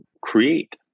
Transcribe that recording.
create